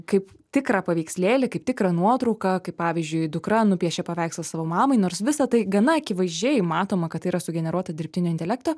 kaip tikrą paveikslėlį kaip tikrą nuotrauką kaip pavyzdžiui dukra nupiešė paveikslą savo mamai nors visa tai gana akivaizdžiai matoma kad tai yra sugeneruota dirbtinio intelekto